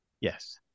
yes